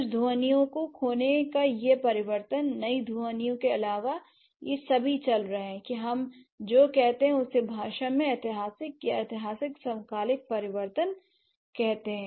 कुछ ध्वनियों को खोने का यह परिवर्तन नई ध्वनियों के अलावा ये सभी चल रहे हैं कि हम जो कहते हैं उसे भाषा में ऐतिहासिक या ऐतिहासिक समकालिक परिवर्तन कहते हैं